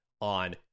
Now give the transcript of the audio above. on